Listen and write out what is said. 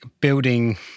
building